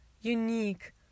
unique